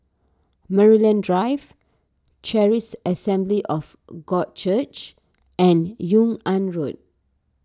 Maryland Drive Charis Assembly of God Church and Yung An Road